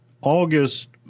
August